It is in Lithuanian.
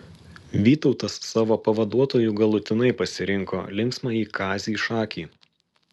vytautas savo pavaduotoju galutinai pasirinko linksmąjį kazį šakį